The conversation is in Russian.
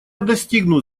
достигнут